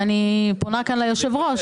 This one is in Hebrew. ואני פונה כאן ליושב-ראש,